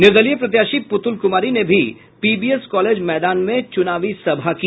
निर्दलीय प्रत्याशी पुतुल कुमारी ने भी पीबीएस कॉलेज मैदान में चुनावी सभा की